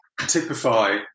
typify